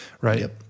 right